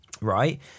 Right